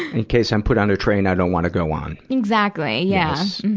in case i'm put on a train i don't wanna go on. exactly, yeah.